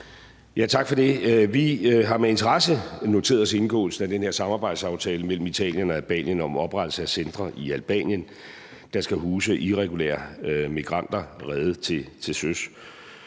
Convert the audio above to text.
Tak for det. Vi har med interesse noteret os indgåelsen af den her samarbejdsaftale mellem Italien og Albanien om oprettelse af centre i Albanien, der skal huse irregulære migranter reddet til søs.